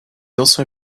also